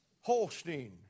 Holstein